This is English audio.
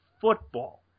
football